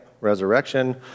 resurrection